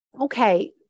Okay